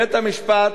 בית-המשפט